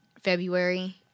February